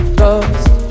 lost